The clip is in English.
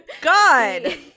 God